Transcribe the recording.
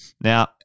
now